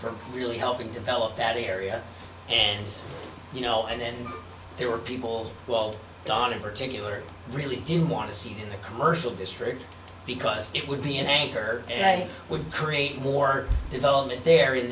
from really helping develop that area and you know and then there were people well donna in particular really didn't want to see the commercial district because it would be an anchor and i would create more development there in